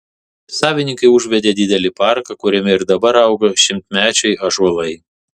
savininkai užvedė didelį parką kuriame ir dabar auga šimtmečiai ąžuolai